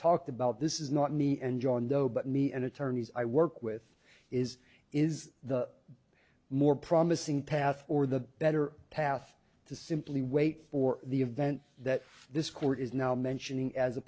talked about this is not me and john doe but me and attorneys i work with is is the more promising path or the better path to simply wait for the event that this court is now mentioning as a